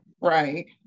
Right